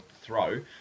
throw